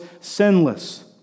sinless